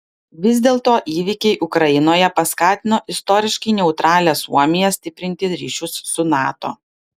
vis dėlto įvykiai ukrainoje paskatino istoriškai neutralią suomiją stiprinti ryšius su nato